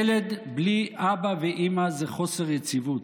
ילד בלי אבא ואימא זה חוסר יציבות.